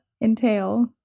entail